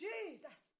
Jesus